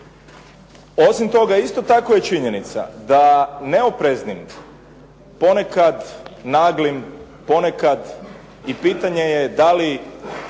Osim toga, isto tako je činjenica da neopreznim, ponekad naglim, ponekad i pitanje je da li